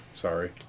Sorry